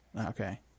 Okay